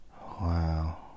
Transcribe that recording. Wow